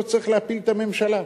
לא צריך להפיל את הממשלה.